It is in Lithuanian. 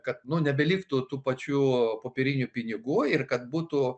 kad nu nebeliktų tų pačių popierinių pinigų ir kad būtų